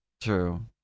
true